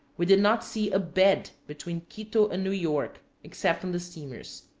we did not see a bed between quito and new york except on the steamers.